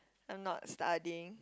I am not studying